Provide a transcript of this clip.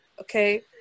okay